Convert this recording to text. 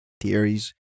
theories